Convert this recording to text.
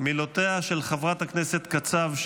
מילותיה של חברת הכנסת קצב,